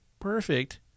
perfect